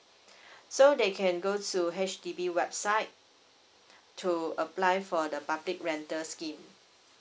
so they can go to H_D_B website to apply for the public rental scheme